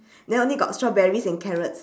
then only got strawberries and carrots